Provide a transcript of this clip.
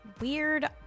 weird